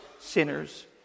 sinners